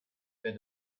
where